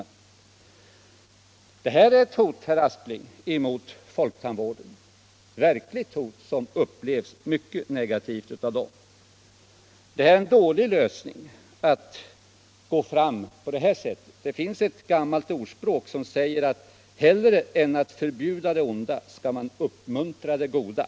Detta är, herr Aspling, ett hot mot folktandvården, ett verkligt hot, som upplevs mycket negativt av folktandvården. Det är en dålig lösning att gå fram på det sättet. Det finns ett gammalt ordspråk som säger att hellre än att förbjuda det onda skall man uppmuntra det goda.